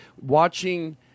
watching